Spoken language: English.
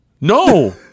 No